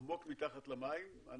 עמוק מתחת למים.